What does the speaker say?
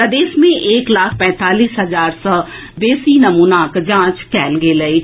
प्रदेश मे एक लाख पैंतालीस हजार सऽ बेसी नमूनाक जांच कएल गेल अछि